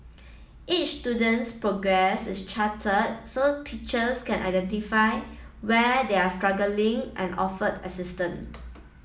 each student's progress is charted so teachers can identify where they are struggling and offer assistance